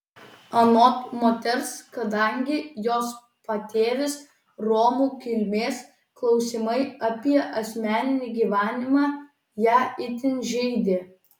anot moters kadangi jos patėvis romų kilmės klausimai apie asmeninį gyvenimą ją itin žeidė